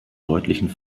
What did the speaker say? deutlichen